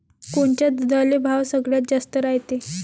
कोनच्या दुधाले भाव सगळ्यात जास्त रायते?